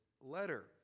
letter